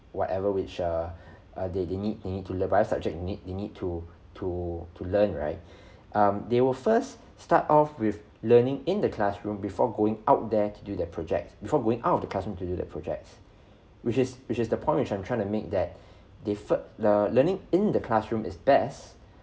whatever which uh uh they they need they need to learn by subject they need they need to to to learn right um they will first start off with learning in the classroom before going out there to do their projects before going out of the classroom to do their projects which is which is the point which I'm trying to make that they first uh learning in the classroom is best